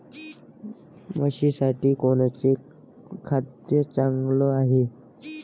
म्हशीसाठी कोनचे खाद्य चांगलं रायते?